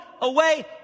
away